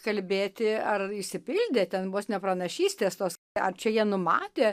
kalbėti ar išsipildė ten vos ne pranašystės tos ar čia jie numatė